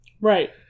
Right